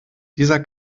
dieser